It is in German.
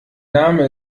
name